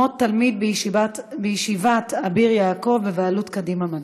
מות תלמיד בישיבת "אביר יעקב" בבעלות "קדימה מדע".